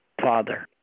Father